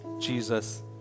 Jesus